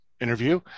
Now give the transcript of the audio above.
interview